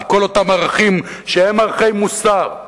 כי כל אותם ערכים שהם ערכי מוסר,